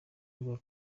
rwa